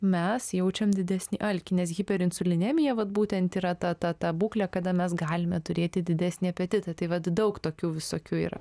mes jaučiam didesnį alkį nes hiperinsulinemija vat būtent yra ta ta ta būklė kada mes galime turėti didesnį apetitą tai vat daug tokių visokių yra